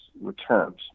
returns